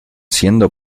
siendo